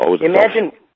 imagine